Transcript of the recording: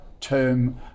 term